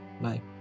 Bye